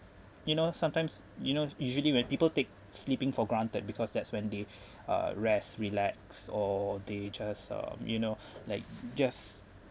you know sometimes you know usually when people take sleeping for granted because that's when they uh rest relax or they just um you know like just